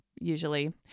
usually